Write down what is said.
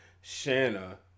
Shanna